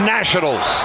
Nationals